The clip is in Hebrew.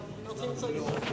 אבל צריך למצוא את האיזון.